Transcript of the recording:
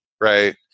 Right